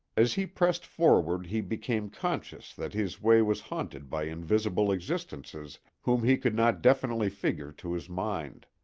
as he pressed forward he became conscious that his way was haunted by invisible existences whom he could not definitely figure to his mind.